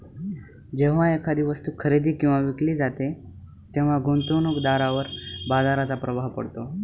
जेव्हा एखादी वस्तू खरेदी किंवा विकली जाते तेव्हा गुंतवणूकदारावर बाजाराचा प्रभाव पडतो